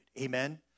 amen